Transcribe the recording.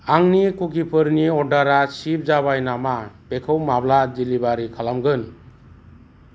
आंनि कुकिफोरनि अर्डारा शिप जाबाय नामा बेखौ माब्ला डिलिभारि खालामगोन